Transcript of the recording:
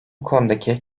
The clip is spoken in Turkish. konudaki